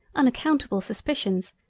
unaccountable suspicions,